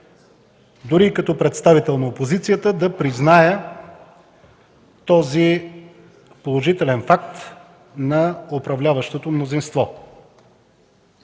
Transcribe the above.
дори като представител на опозицията, да призная този положителен факт на управляващото мнозинство.